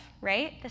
right